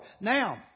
Now